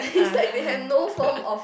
ah